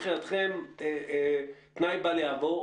שהוא מבחינתכם תנאי בל יעבור?